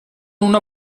una